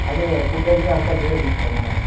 అది ఫుడ్ అది అంత మీరే చూస్కోవాలి మేడం